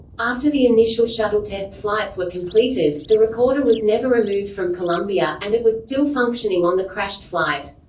after the initial shuttle test-flights were completed, the recorder was never removed from columbia, and it was still functioning on the crashed flight.